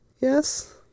Yes